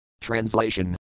Translation